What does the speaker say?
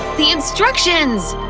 the instructions!